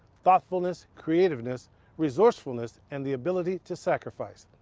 thoughtfulness, creativeness resourcefulness and the ability to sacrifice.